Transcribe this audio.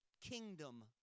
kingdom